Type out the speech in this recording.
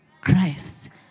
Christ